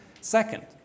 Second